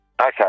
Okay